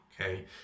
Okay